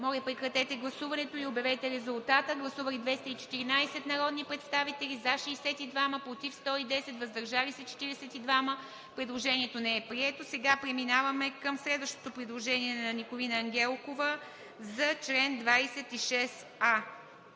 предложението в неподкрепената му част. Гласували 214 народни представители: за 62, против 110, въздържали се 42. Предложението не е прието. Сега преминаваме към следващото предложение на Николина Ангелкова за чл. 26а.